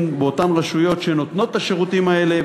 באותן רשויות שנותנות את השירותים האלה,